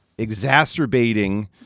exacerbating